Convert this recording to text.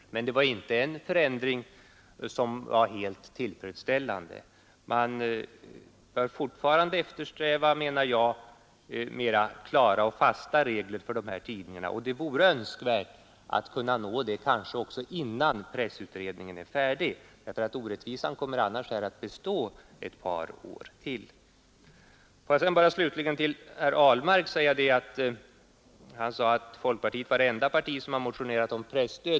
Men det var inte en förändring som var helt tillfredsställande. Jag anser att man fortfarande bör eftersträva mer klara och fasta regler för dessa tidningar och det vore önskvärt att åstadkomma sådana regler redan innan presstödsutredningen är färdig — orättvisan kommer annars att bestå ett par år till. Herr Ahlmark sade att folkpartiet var det enda parti som motionerat om presstöd.